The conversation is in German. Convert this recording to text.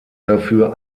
dafür